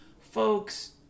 folks